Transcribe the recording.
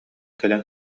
кэлэн